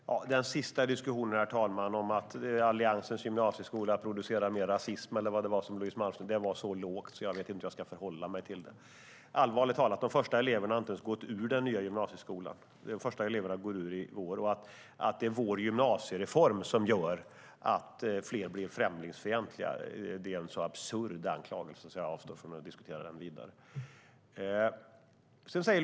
Herr talman! Den sista diskussionen om att Alliansens gymnasieskola producerar mer rasism eller vad det var Louise Malmström sade var så lågt att jag inte vet hur jag ska förhålla mig till det. Allvarligt talat: De första eleverna har inte ens gått ut den nya gymnasieskolan, utan de går ut i vår. Att det är vår gymnasiereform som gör att fler blir främlingsfientliga är en så absurd anklagelse att jag avstår från att diskutera den vidare.